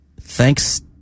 thanks